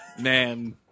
Man